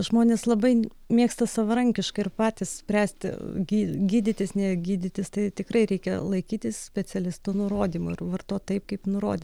žmonės labai mėgsta savarankiškai ir patys spręsti gi gydytis ne gydytis tai tikrai reikia laikytis specialistų nurodymų ir vartot taip kaip nurodė